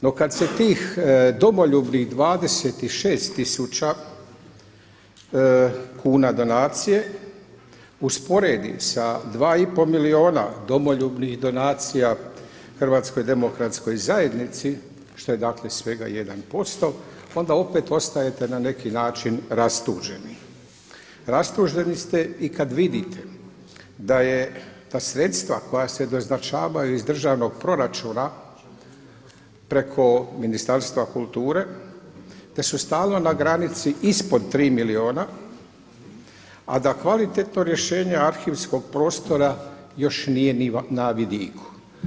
No, kad se tih domoljubnih 26 tisuća kuna donacije usporedi sa 2,5 milijuna domoljubnih donacija HDZ-u što je dakle svega 1% onda opet ostajete na neki način rastuženi, rastuženi ste i kad vidite da je ta sredstva koja se doznačavaju iz državnog proračuna preko Ministarstva kulture da su stalno na granici ispod 3 milijuna a da kvalitetno rješenje arhivskog prostora još nije na vidiku.